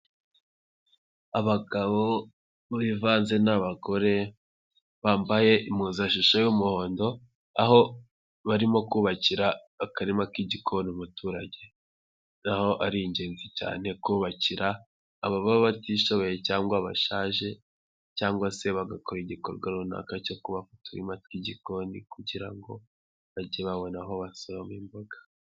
Abagabo bivanze n'abagore bambaye impuzashusho y'umuhondo, aho barimo kubakira akarima k'igikona umuturage, na ho ari ingenzi cyane kubakira ababa batishoboye cyangwa bashaje cyangwa se bagakora igikorwa runaka cyo kubaka uturima tw'igikoni kugira ngo, bajye babona aho basoroma imboga.